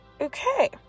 Okay